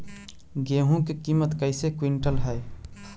गेहू के किमत कैसे क्विंटल है?